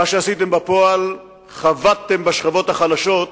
מה שעשיתם בפועל, חבטתם בשכבות החלשות,